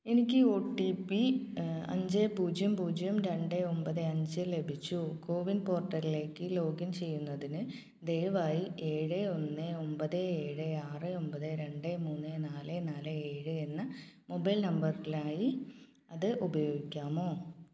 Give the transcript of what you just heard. എനിക്ക് O T P അഞ്ച് പൂജ്യം പൂജ്യം രണ്ട് ഒമ്പത് അഞ്ച് ലഭിച്ചു കോവിൻ പോർട്ടലിലേക്ക് ലോഗിൻ ചെയ്യുന്നതിന് ദയവായി ഏഴ് ഒന്ന് ഒമ്പത് ഏഴ് ആറ് ഒമ്പത് രണ്ട് മൂന്ന് നാല് നാല് ഏഴ് എന്ന മൊബൈൽ നമ്പറിനായി അത് ഉപയോഗിക്കാമോ